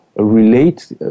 relate